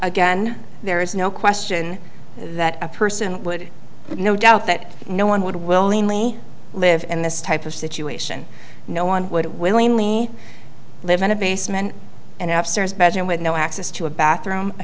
again there is no question that a person would no doubt that no one would willingly live in this type of situation no one would willingly live in a basement and have serious bedroom with no access to a bathroom a